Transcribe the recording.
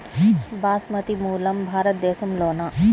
బాస్మతి మూలం భారతదేశంలోనా?